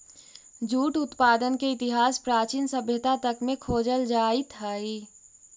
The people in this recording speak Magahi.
जूट उत्पादन के इतिहास प्राचीन सभ्यता तक में खोजल जाइत हई